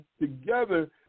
together